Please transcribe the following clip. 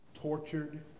tortured